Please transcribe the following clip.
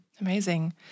Amazing